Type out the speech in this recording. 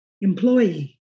employee